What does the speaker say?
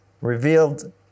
revealed